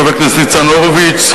חבר הכנסת ניצן הורוביץ,